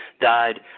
died